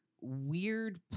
weird